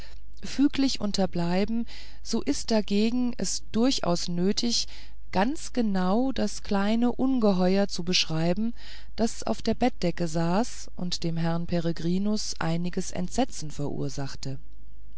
füglich unterbleiben so ist dagegen es durchaus nötig ganz genau das kleine ungeheuer zu beschreiben das auf der bettdecke saß und dem herrn peregrinus einiges entsetzen verursachte